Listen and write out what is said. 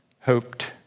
hoped